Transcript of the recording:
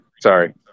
Sorry